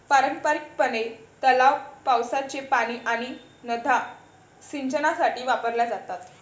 पारंपारिकपणे, तलाव, पावसाचे पाणी आणि नद्या सिंचनासाठी वापरल्या जातात